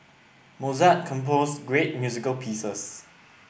Mozart composed great music pieces